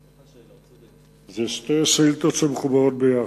אלה שתי שאילתות שמחוברות יחד.